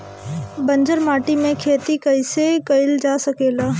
बंजर माटी में खेती कईसे कईल जा सकेला?